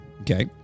Okay